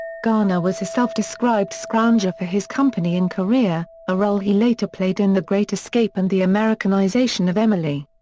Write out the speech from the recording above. garner was a self-described scrounger for his company in korea, a role he later played in the great escape and the americanization of emily.